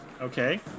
Okay